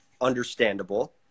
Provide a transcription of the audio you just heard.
understandable